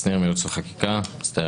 מצטער,